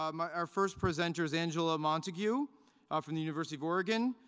um ah our first presenter is angela montague ah from the university of oregon.